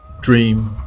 Dream